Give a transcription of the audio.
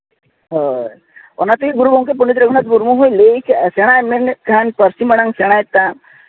ᱦᱳᱭ ᱚᱱᱟ ᱛᱮᱜᱮ ᱜᱩᱨᱩ ᱜᱚᱢᱠᱮ ᱯᱚᱱᱰᱤᱛ ᱨᱚᱜᱷᱩᱱᱟᱛᱷ ᱢᱩᱨᱢᱩ ᱦᱚᱸᱭ ᱞᱟᱹᱭ ᱠᱟᱜᱼᱟ ᱥᱮᱬᱟᱜ ᱮᱢ ᱢᱮᱱᱮᱫ ᱠᱷᱟᱱ ᱯᱟᱹᱨᱥᱤ ᱢᱟᱲᱟᱝ ᱥᱮᱲᱟᱭ ᱛᱟᱢ